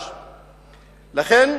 אני אומר לך,